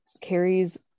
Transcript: carries